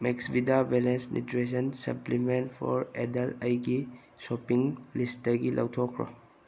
ꯃꯦꯛꯁꯕꯤꯗꯥ balance nutrition supplement for adult ꯑꯩꯒꯤ shopping ꯂꯤꯁꯇꯒꯤ ꯂꯧꯊꯣꯛꯈ꯭ꯔꯣ